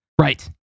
Right